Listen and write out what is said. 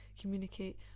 communicate